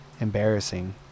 embarrassing